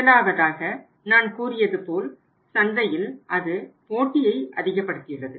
முதலாவதாக நான் கூறியதுபோல் சந்தையில் அது போட்டியை அதிகப்படுத்தியுள்ளது